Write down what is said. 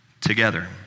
together